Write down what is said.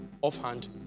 offhand